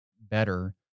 better